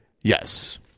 Yes